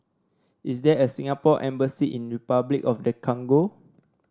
is there a Singapore Embassy in Repuclic of the Congo